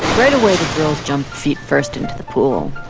right away, the girls jump feet-first into the pool.